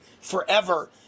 forever